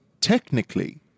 technically